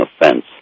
offense